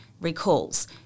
recalls